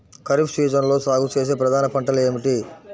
ఖరీఫ్ సీజన్లో సాగుచేసే ప్రధాన పంటలు ఏమిటీ?